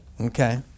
Okay